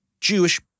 Jewish